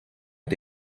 mit